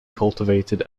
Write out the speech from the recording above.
cultivated